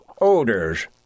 Odors